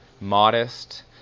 modest